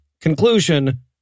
Conclusion